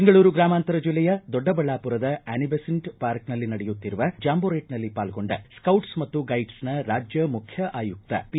ಬೆಂಗಳೂರು ಗ್ರಾಮಾಂತರ ಜಿಲ್ಲೆಯ ದೊಡ್ಡಬಳ್ಳಾಪುರದ ಆನಿಬೆಸೆಂಟ್ ಪಾರ್ಕ್ನಲ್ಲಿ ನಡೆಯುತ್ತಿರುವ ಜಾಂಬೋರೇಟ್ನಲ್ಲಿ ಪಾಲ್ಗೊಂಡ ಸೌಟ್ಸ್ ಮತ್ತು ಗೈಡ್ಸ್ನ ರಾಜ್ಜ ಮುಖ್ಯ ಆಯುಕ್ತ ಪಿ